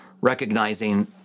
recognizing